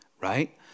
right